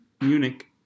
Munich